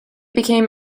became